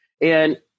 and-